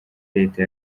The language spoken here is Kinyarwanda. leta